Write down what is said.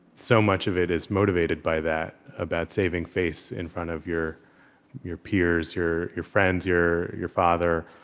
so much of it is motivated by that about saving face in front of your your peers, your your friends, your your father.